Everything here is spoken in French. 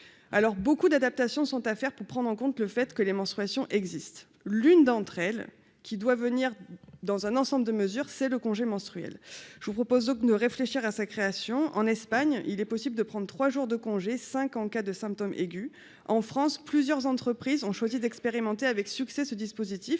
alors beaucoup d'adaptations sont à faire pour prendre en compte le fait que les menstruations existe, l'une d'entre elles qui doit venir dans un ensemble de mesures, c'est le congé menstruel je vous propose d'ne réfléchir à sa création, en Espagne, il est possible de prendre 3 jours de congé cinq en cas de symptômes aigus en France, plusieurs entreprises ont choisi d'expérimenter avec succès ce dispositif,